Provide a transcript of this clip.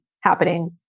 happening